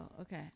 okay